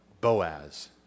Boaz